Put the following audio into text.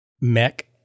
mech